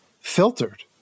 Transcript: filtered